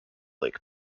lake